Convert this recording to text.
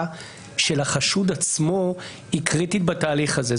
של החשוד עצמו היא קריטית בתהליך הזה?